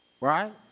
right